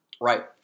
Right